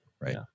Right